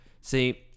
See